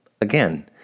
Again